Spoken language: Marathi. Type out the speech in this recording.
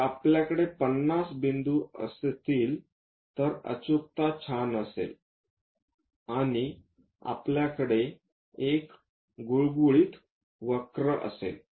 जर आपल्याकडे 50 बिंदू असतील तर अचूकता छान असेल आणि आपल्याकडे एक गुळगुळीत वक्र असेल